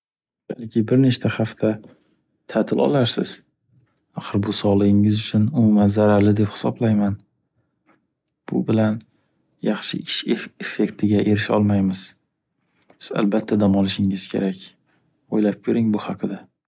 Balki bir nechta hafta ta’til olardiz. Axir bu sog’ligingiz uchun umuman zararli deb hisoblayman. Bu bilan yaxshi ish eff- effektiga erisha olmaymiz. Siz albatta dam olishingiz kerak. O’ylab ko’ring bu haqida.